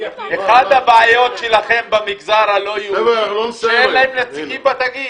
אחת הבעיות שלכם במגזר הלא יהודי שאין להם נציגים בתאגיד.